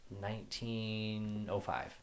1905